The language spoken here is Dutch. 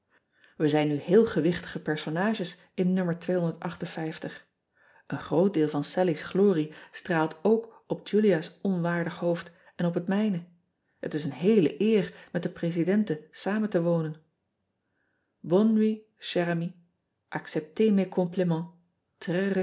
ij zijn nu heel gewichtige personages in o en groot deel van allie s glorie straalt ook op ulia s onwaardig hoofd en op het mijne het is een heele eer met de residente samen te wonen onne